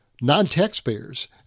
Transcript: Non-taxpayers